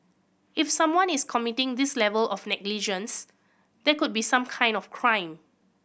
if someone is committing this level of negligence there could be some kind of crime